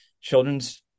children's